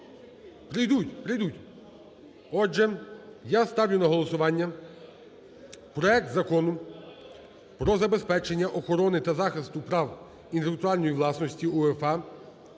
прийдуть. Отже, я ставлю на голосування проект Закону про забезпечення охорони та захисту прав інтелектуальної власності УЄФА